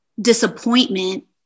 disappointment